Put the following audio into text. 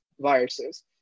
viruses